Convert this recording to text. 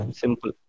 simple